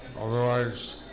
otherwise